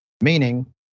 Meaning